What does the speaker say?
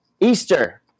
Easter